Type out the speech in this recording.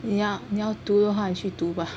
你要你要读的话你去读 bah